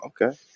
Okay